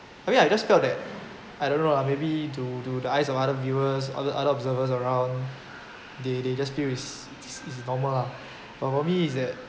I mean I just felt that I don't know lah maybe to to the eyes of other viewers other other observers around they they just feel is is is normal lah but for me is that